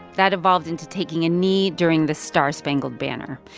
that evolved into taking a knee during the star-spangled banner.